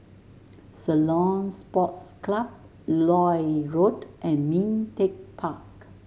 Ceylon Sports Club Lloyd Road and Ming Teck Park